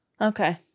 Okay